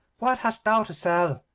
what hast thou to sell